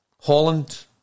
Holland